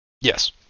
Yes